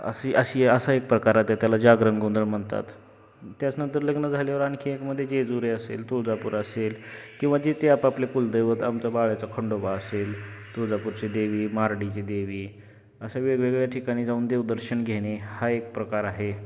अशी अशी असा एक प्रकार आहे त्या त्याला जागरण गोंधळ म्हणतात त्याच्यानंतर लग्न झाल्यावर आणखी एकमध्ये जेजुरी असेल तुळजापुर असेल किंवा जिथे आपापले कुलदैवत आमचा बाळ्याचा खंडोबा असेल तुळजापुरची देवी भराडीची देवी अशा वेगवेगळ्या ठिकाणी जाऊन देवदर्शन घेणे हा एक प्रकार आहे